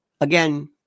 Again